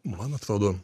man atrodo